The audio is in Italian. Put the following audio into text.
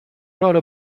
ruolo